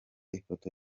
ifoto